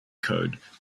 code